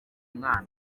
mwana